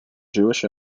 jewish